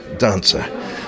Dancer